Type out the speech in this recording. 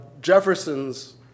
Jefferson's